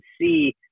see